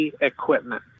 equipment